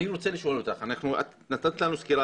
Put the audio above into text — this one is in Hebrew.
אני רוצה לשאול אותך את נתת לנו סקירה